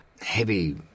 heavy